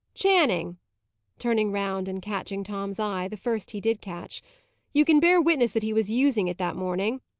channing turning round and catching tom's eye, the first he did catch you can bear witness that he was using it that morning.